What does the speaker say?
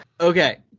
okay